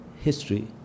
history